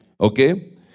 Okay